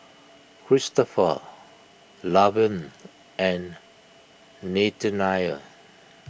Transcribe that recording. Kristopher Lavern and Nathanial